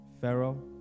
pharaoh